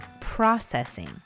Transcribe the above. processing